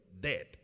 Dead